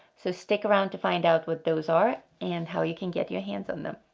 so stick around to find out what those are and how you can get your hands on them.